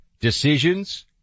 decisions